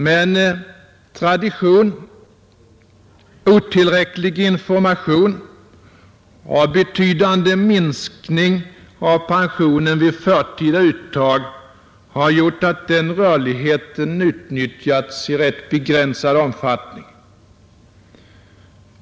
Men tradition, otillräcklig information och betydande minskning av pensionen vid förtida uttag har gjort att den rörligheten har utnyttjats i rätt begränsad omfattning.